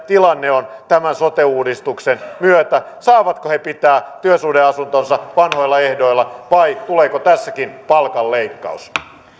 tilanne tämän sote uudistuksen myötä saavatko he pitää työsuhdeasuntonsa vanhoilla ehdoilla vai tuleeko tässäkin palkan leikkaus